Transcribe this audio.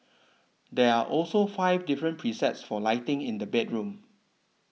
there are also five different presets for lighting in the bedroom